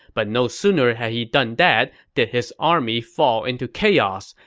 but no sooner had he done that did his army fall into chaos.